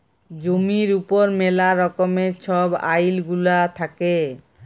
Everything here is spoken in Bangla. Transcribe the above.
জমির উপর ম্যালা রকমের ছব আইল গুলা থ্যাকে